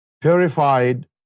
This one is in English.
purified